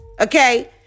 Okay